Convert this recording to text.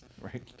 right